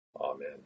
Amen